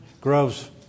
Groves